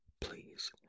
please